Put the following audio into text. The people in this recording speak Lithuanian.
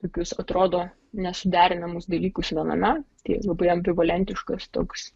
tokius atrodo nesuderinamus dalykus viename tai labai ambivalentiškas toks